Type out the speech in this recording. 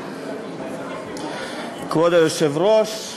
כבוד היושב-ראש,